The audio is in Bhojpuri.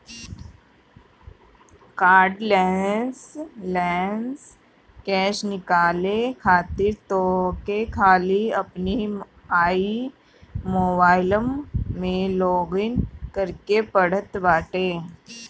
कार्डलेस कैश निकाले खातिर तोहके खाली अपनी आई मोबाइलम में लॉगइन करे के पड़त बाटे